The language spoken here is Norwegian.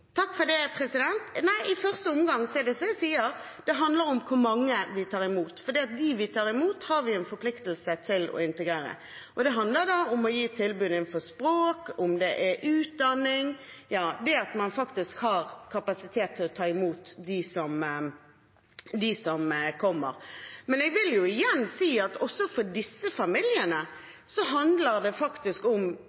I første omgang handler det, som jeg sier, om hvor mange vi tar imot. For dem vi tar imot, har vi en forpliktelse til å integrere. Det handler da om å gi tilbud innenfor språk og utdanning, og at man faktisk har kapasitet til å ta imot dem som kommer. Men jeg vil igjen si at også for disse familiene